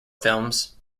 films